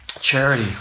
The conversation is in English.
charity